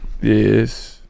yes